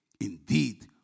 indeed